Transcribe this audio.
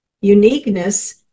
uniqueness